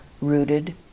rooted